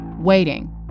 waiting